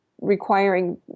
requiring